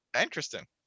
Interesting